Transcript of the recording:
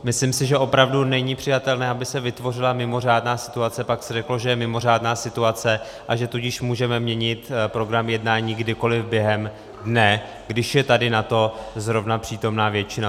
Myslím si, že opravdu není přijatelné, aby se vytvořila mimořádná situace, pak se řeklo, že je mimořádná situace, a že tudíž můžeme měnit program jednání kdykoliv během dne, když je tady na to zrovna přítomná většina.